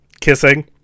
kissing